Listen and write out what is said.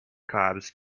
cobs